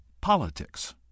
politics